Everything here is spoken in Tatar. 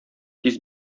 тиз